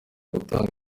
gutanga